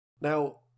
Now